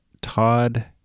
Todd